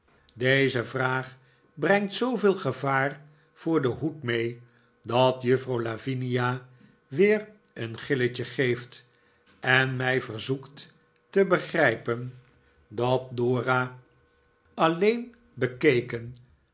deze vraag brengt zooveel gevaar voor den hoed mee dat juffrouw lavinia weer eeli gilletje geeft en mij verzoekt te begrijpen dat dora alleen bekeken